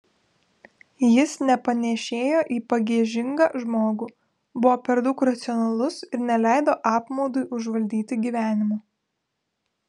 jis nepanėšėjo į pagiežingą žmogų buvo per daug racionalus ir neleido apmaudui užvaldyti gyvenimo